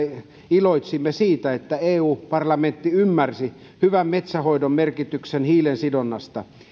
iloitsi siitä että parlamentti ymmärsi hyvän metsänhoidon merkityksen hiilen sidonnassa